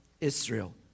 Israel